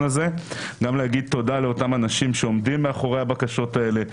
הזה גם לומר תודה לאותם אנשים שעומדים מאחורי הבקשות האלה,